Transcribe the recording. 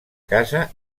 casa